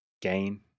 gain